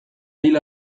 hil